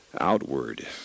Outward